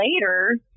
later